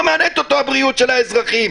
לא מעניינת אותו הבריאות של האזרחים.